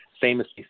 famously